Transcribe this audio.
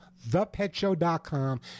ThePetShow.com